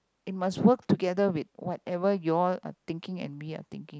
it must work together with whatever you all are thinking and we are thinking